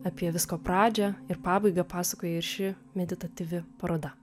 apie visko pradžią ir pabaigą pasakoja ir ši meditatyvi paroda